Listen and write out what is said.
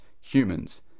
humans